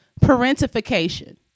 parentification